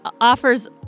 offers